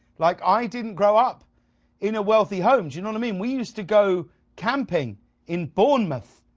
like i didn't grow up in a wealthy home, do you know what i mean. we used to go camping in bournemouth,